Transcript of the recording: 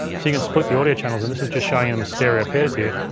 so you can split the audio channels and this is just showing them as stereo pairs here,